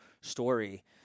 story